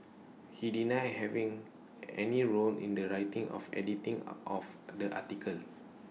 he denied having any role in the writing of editing of the articles